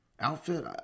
outfit